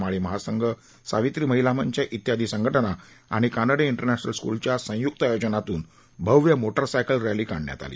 माळी महासंघ सावित्री महिला मंच इत्यादी संघटनाआणि कानडे इंटरनॅशनल स्कूलच्या संयुक्त आयोजनातून भव्य मोटरसायकल रॅली काढली